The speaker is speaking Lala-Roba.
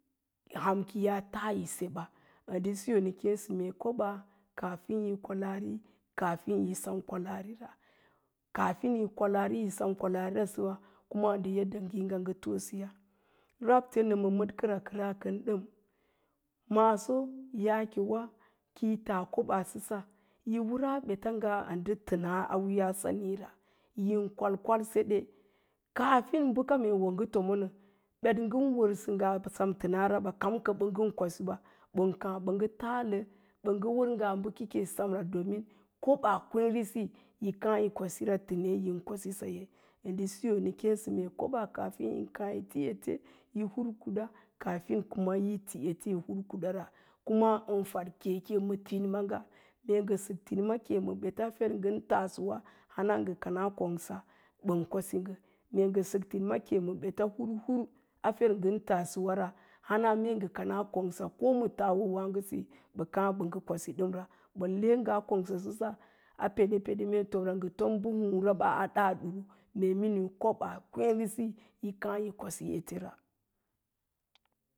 Ham ki yaa taa yi se ba əndə siyo nə kèèsə mee koɓaa kaafin yi kwalari kaafin yi sem kwalaari kaafin yi sem kwalaarira, kaafin yi kwalaari yi seni kwalaarirasiya ndə yadda ngə toosəya, rabte nəma mədkəra kəra kən dəm maaso yaakewa kəi taa kobaasəsa yi wərka ɓeta ngaa ndə təns a wiiyaa samira yin kwalkwal se re, kaafin bəka mee wo ngə tomo nə ɓet ngən wərsə ngaa ɓan kwasi ba, ɓan káá bə ngə taalə ɓa ngə wər ngaa bəkake semra dəmin koɓaa kwééresi yi káá y kwasira təne yin kwasisaye ən siyo nə kéésə mee koɓaa kaafin yin káá yi ti ete yi hurkuɗa, kaafin kuma yi ti yi hurkuɗara kuma ɓən faɗ keke ma tinims nga mee ngə sək tiniman ke ma ɓets, fer ngən taasəwa hana ngə kanaa kongsa ɓən kwasi ngə. Mee sək timima kek ma bet hurhur a fer u ngən taasewara hana mee ngə kanaa kongsa ko ma taawowáágosiyo ɓə káá ɓə ngə kwasi ɗəmra, bən le ngə a kongse səsa a peɗepeɗe mee tomra ngə to ba húúra ɓa a daaso mee miniu koɓaa kwééresi yi káá yi kwasi etera